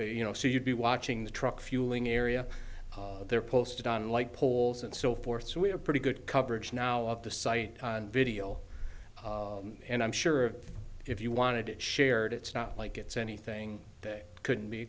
you know so you'd be watching the truck fueling area there posted on light poles and so forth so we have pretty good coverage now of the site on video and i'm sure if you wanted to share it it's not like it's anything that could